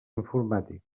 informàtic